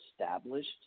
established